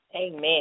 Amen